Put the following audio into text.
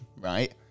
right